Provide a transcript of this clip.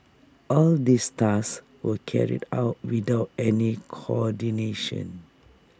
all these tasks were carried out without any coordination